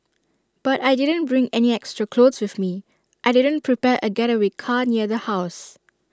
but I didn't bring any extra clothes with me I didn't prepare A getaway car near the house